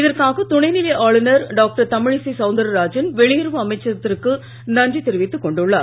இதற்காக துணைநிலை ஆளுநர் டாக்டர் தமிழிசை சௌந்தரராஜன் வெளியுறவு அமைச்சகத்திற்கு நன்றி தொிவித்துக்கொண்டுள்ளார்